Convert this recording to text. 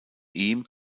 ihm